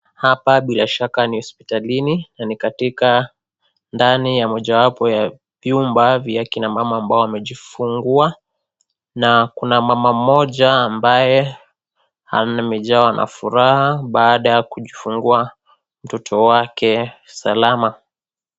Hapa bila shaka ni hospitalini, na ni katika ndani ya mojawapo ya vyumba ya kina mama ambao wamejifungua, na kuna mama mmoja ambaye amejawa na furaha baada ya kujifungua mtoto wake salama.